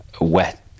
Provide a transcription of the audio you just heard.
wet